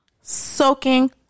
soaking